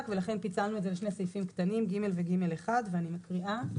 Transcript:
ולכן פיצלנו את זה לשני סעיפים קטנים (ג) ו-(ג1) ואני מקריאה.